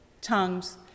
tongues